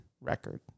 record